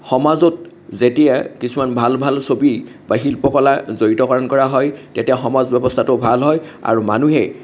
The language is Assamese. সমাজত যেতিয়া কিছুমান ভাল ভাল ছবি বা শিল্পকলা জড়িতকৰণ কৰা হয় তেতিয়া সমাজ ব্য়ৱস্থাটো ভাল হয় আৰু মানুহে